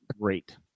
Great